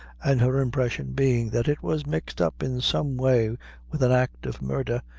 and her impression being that it was mixed up in some way with an act of murder,